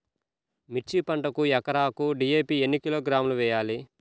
మిర్చి పంటకు ఎకరాకు డీ.ఏ.పీ ఎన్ని కిలోగ్రాములు వేయాలి?